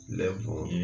level